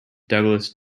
douglas